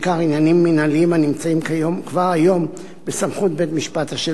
עניינים מינהליים הנמצאים כבר היום בסמכות בית-משפט השלום,